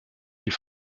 die